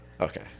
Okay